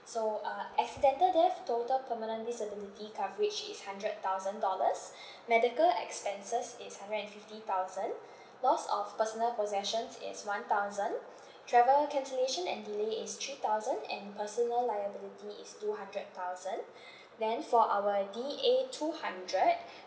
so uh accidental death total permanent disability coverage is hundred thousand dollars medical expenses is hundred and fifty thousand loss of personal possessions is one thousand travel cancellation and delay is three thousand and personal liability is two hundred thousand then for our d a two hundred